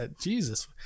Jesus